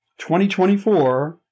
2024